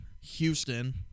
Houston